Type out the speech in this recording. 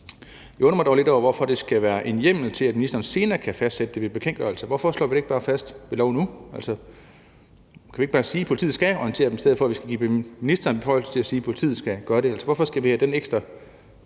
Jeg undrer mig dog lidt over, hvorfor der skal være en hjemmel til, at ministeren senere kan fastsætte det ved bekendtgørelse. Hvorfor slår vi det ikke bare fast ved lov nu? Kan vi ikke bare sige, at politiet skal orientere dem, i stedet for at vi skal give ministeren beføjelser til at sige, at politiet skal gøre det? Hvorfor skal vi have det ekstra